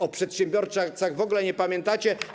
O przedsiębiorcach w ogóle nie pamiętacie.